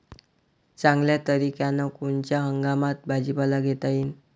चांगल्या तरीक्यानं कोनच्या हंगामात भाजीपाला घेता येईन?